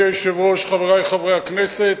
אדוני היושב-ראש, חברי חברי הכנסת,